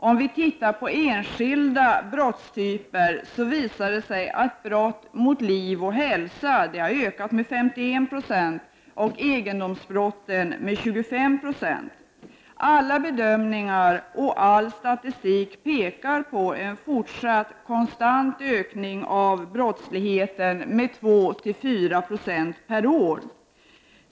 Om vi ser på enskilda brottstyper, visar det sig att brott mot liv och hälsa har ökat med 51 96 och egendomsbrott med 25 96. Alla bedömningar och all statistik pekar på en fortsatt konstant ökning av brottsligheten med 2-4 46 per år.